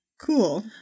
cool